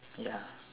ya